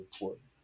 important